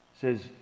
says